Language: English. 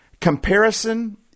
comparison